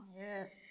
Yes